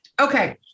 Okay